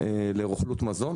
לרוכלות מזון.